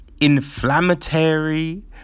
inflammatory